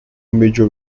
major